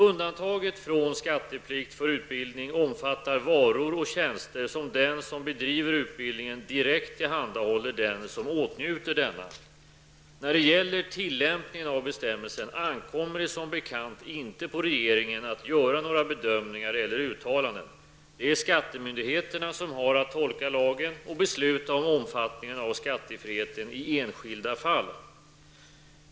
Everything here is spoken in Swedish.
Undantaget från skatteplikt för utbildning omfattar varor och tjänster som den som bedriver utbildningen direkt tillhandahåller den som åtnjuter denna. När det gäller tillämpningen av bestämmelsen ankommer det som bekant inte på regeringen att göra några bedömningar eller uttalanden. Det är skattemyndigheterna som har att tolka lagen och besluta om omfattningen av skattefriheten i enskilda fall.